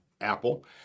Apple